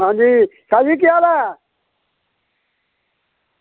हां जी शाह् जी केह् हाल ऐ